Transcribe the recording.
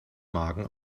magen